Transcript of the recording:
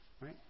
right